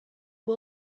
por